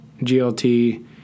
GLT